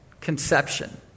conception